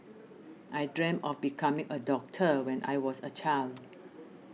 I dreamt of becoming a doctor when I was a child